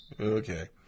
okay